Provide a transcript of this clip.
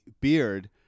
beard